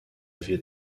wird